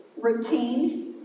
routine